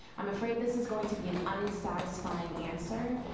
i'm afraid this is going to be an unsatisfying answer,